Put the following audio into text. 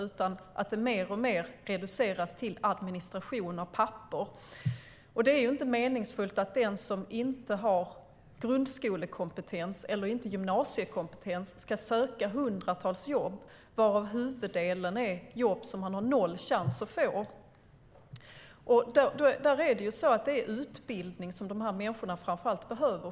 Det reduceras mer och mer till administration av papper. Det är inte meningsfullt att den som inte har grundskolekompetens eller gymnasiekompetens ska söka hundratals jobb varav huvuddelen är jobb som de har noll chans att få. Det är utbildning som de människorna framför allt behöver.